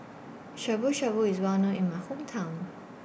Shabu Shabu IS Well known in My Hometown